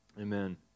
Amen